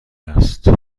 است